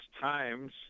times